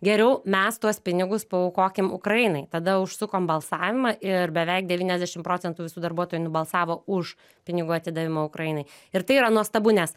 geriau mes tuos pinigus paaukokim ukrainai tada užsukom balsavimą ir beveik devyniasdešim procentų visų darbuotojų nubalsavo už pinigų atidavimą ukrainai ir tai yra nuostabu nes